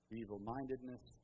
evil-mindedness